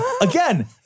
again